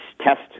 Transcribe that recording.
test